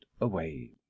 away